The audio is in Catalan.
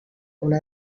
una